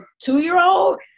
two-year-old